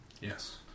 Yes